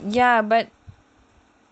ya but